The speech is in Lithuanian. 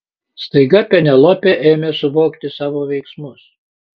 staiga penelopė ėmė suvokti savo veiksmus